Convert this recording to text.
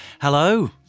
Hello